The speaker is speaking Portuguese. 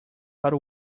para